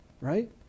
right